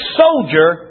soldier